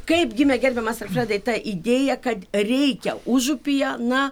kaip gimė gerbiamas alfredai ta idėja kad reikia užupyje na